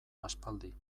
aspaldi